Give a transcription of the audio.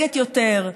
משגשגת יותר,